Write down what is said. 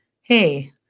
hey